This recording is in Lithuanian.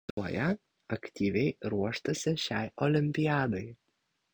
lietuvoje aktyviai ruoštasi šiai olimpiadai